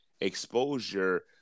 exposure